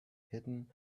hidden